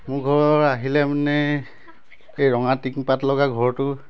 মোৰ ঘৰৰ আহিলে মানে এই ৰঙা টিনপাত লগা ঘৰটো